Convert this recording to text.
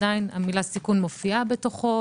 עדיין המילה סיכון מופיעה בתוכו.